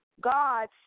God